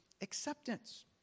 acceptance